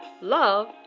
Love